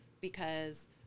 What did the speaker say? because-